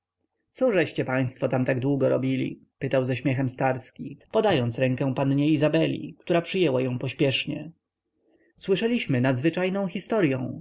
cóżeście państwo tak długo robili pytał ze śmiechem starski podając rękę pannie izabeli która przyjęła ją pośpiesznie słyszeliśmy nadzwyczajną historyą